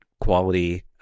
quality